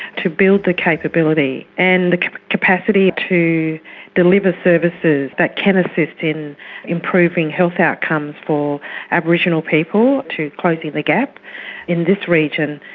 to build the capability and the capacity to deliver services that can assist in improving health outcomes for aboriginal people, to closing the gap in this region,